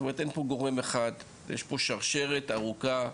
אין פה גורם אחד, יש פה שרשרת ארוכה,